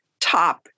top